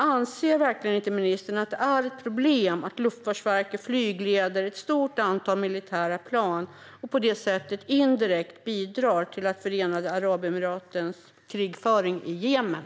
Anser verkligen inte ministern att det är ett problem att Luftfartsverket flygleder ett stort antal militära plan och på det sättet indirekt bidrar till Förenade Arabemiratens krigföring i Jemen?